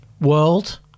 world